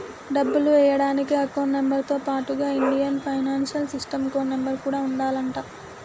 డబ్బులు ఎయ్యడానికి account number తో పాటుగా Indian financial system code number కూడా ఉండాలంట